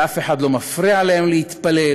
ואף אחד לא מפריע להם להתפלל,